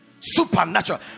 supernatural